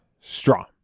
Straw